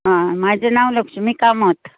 म्हजें नांव लक्ष्मी कामत